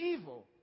evil